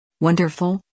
wonderful